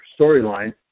storyline